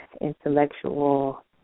intellectual